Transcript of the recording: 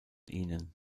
ihnen